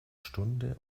stunde